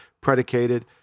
predicated